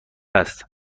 است